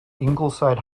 ingleside